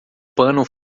pano